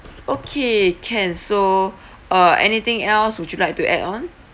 okay can so uh anything else would you like to add on